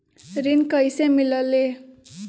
ऋण कईसे मिलल ले?